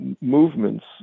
movements